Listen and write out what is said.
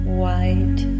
white